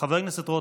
חבר הכנסת רוטמן,